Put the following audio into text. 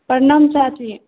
प्रणाम चाची